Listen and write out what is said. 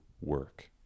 work